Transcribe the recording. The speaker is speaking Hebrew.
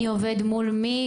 מי עובד מול מי,